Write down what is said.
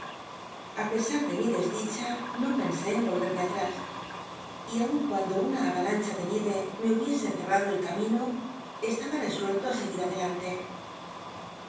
a pesa de mi desdicha no llcnsl en volverme atrás y aun cuando una avalancha de nieve me hubics ce ado el camino estaba resuello ü seguir adelante